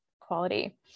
quality